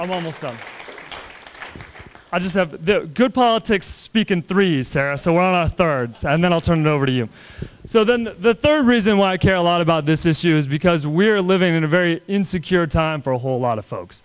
that almost all i just have the good politics speaking three sarah so our third and then i'll turn it over to you so then the third reason why i care a lot about this issue is because we're living in a very insecure time for a whole lot of folks